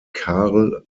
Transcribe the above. karl